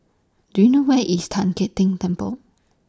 Do YOU know Where IS Tan Keng Temple